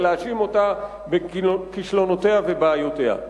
ולהאשים אותה בכישלונותיה ובבעיותיה.